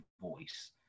voice